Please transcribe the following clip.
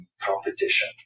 competition